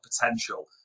potential